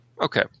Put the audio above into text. Okay